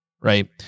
Right